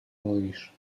formulation